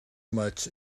much